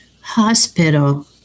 hospital